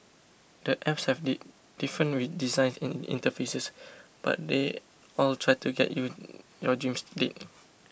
the apps have different designs in interfaces but they all try to get you your dream date